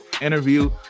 interview